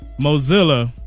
Mozilla